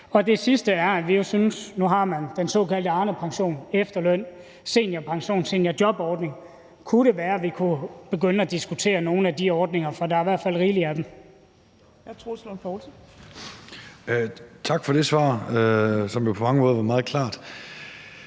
Det sidste er, at når man nu har den såkaldte Arnepension, efterløn, seniorpension, seniorjobordning, kunne det jo være, at vi kunne begynde at diskutere nogle af de ordninger, for der er i hvert fald rigeligt af dem. Kl. 13:39 Tredje næstformand (Trine Torp):